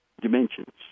dimensions